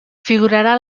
figurarà